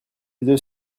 deux